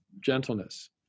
gentleness